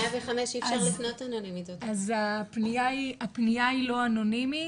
אז הפנייה היא לא אנונימית,